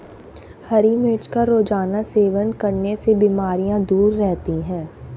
हरी मिर्च का रोज़ाना सेवन करने से बीमारियाँ दूर रहती है